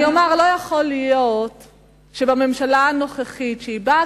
אבל אני אומר: לא יכול להיות שהממשלה הנוכחית באה